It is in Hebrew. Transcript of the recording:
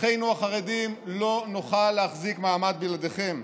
אחינו החרדים, לא נוכל להחזיק מעמד בלעדיכם.